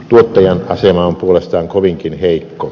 tuottajan asema on puolestaan kovinkin heikko